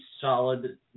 solid